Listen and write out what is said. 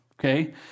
okay